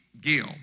Gill